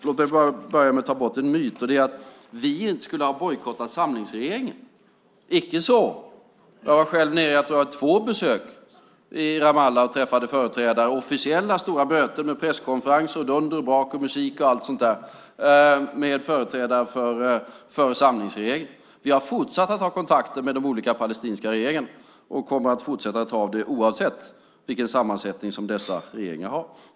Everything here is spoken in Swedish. Låt mig börja med att ta bort en myt, och det är att vi skulle ha bojkottat samlingsregeringen. Icke så! Jag var själv med på två besök i Ramallah och träffade företrädare. Det var officiella stora möten, med presskonferens, dunder och brak, musik och allt sådant där, med företrädare för samlingsregeringen. Vi har fortsatt att ha kontakter med de olika palestinska regeringarna och kommer att fortsätta att ha det oavsett vilken sammansättning som dessa regeringar har.